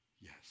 Yes